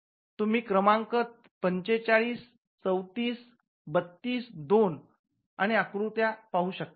तुम्ही क्रमांक ४५३४३२२ आणि आकृत्या पाहू शकतात